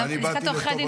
ואני באתי לטובתו.